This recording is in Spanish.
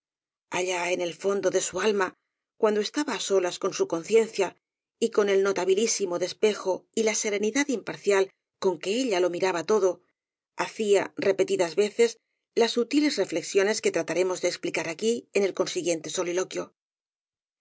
allá en el fondo de su alma cuando estaba á solas con su conciencia y con el notabilísimo despejo y la serenidad imparcial con que ella lo miraba todo hacía repetidas veces las sutiles reflexiones que trataremos de expresar aquí en el siguiente